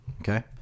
okay